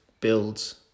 builds